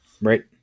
Right